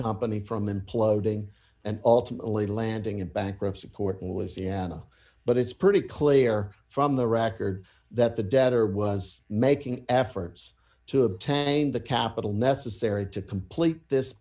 company from imploding and ultimately landing in bankruptcy porton was anna but it's pretty clear from the record that the debtor was making efforts to obtain the capital necessary to complete this